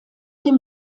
dem